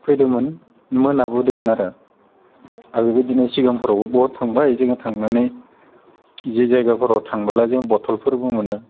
फैदोंमोन मोनाबोदोंमोन आरो आरो बेबायदिनो सिगांफ्रावबो बुहुत थांबाय जों थांनानै जि जायगाफोराव थांबोला जों बलफोरबो मोनो